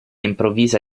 improvvisa